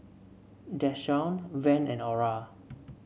Deshaun Van and Ora